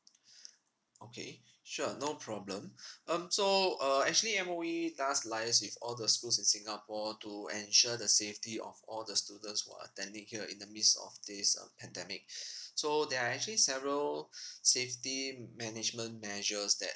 okay sure no problem um so uh actually M_O_E does liaise with all the schools in singapore to ensure the safety of all the students who are attending here in the midst of this um pandemic so there are actually several safety management measures that